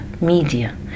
media